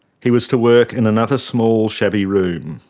he was to work in another small shabby room.